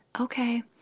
okay